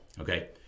Okay